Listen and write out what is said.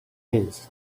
his